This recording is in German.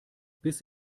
bis